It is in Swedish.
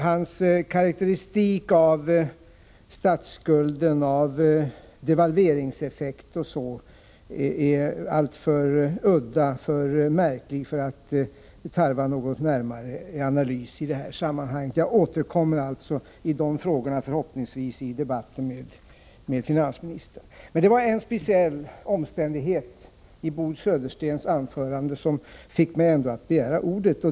Hans karakteristik av statsskulden, devalveringseffekterna m.m. är alltför udda för att tarva någon närmare analys i detta sammanhang. Jag återkommer alltså till de frågorna, förhoppningsvis i debatten med finansministern. Men det var en speciell omständighet i Bo Söderstens anförande som fick mig att begära ordet.